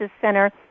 Center